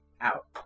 out